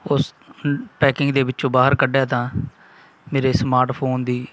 ਉਸ ਪੈਕਿੰਗ ਦੇ ਵਿੱਚੋਂ ਬਾਹਰ ਕੱਢਿਆ ਤਾਂ ਮੇਰੇ ਸਮਾਰਟਫੋਨ ਦੀ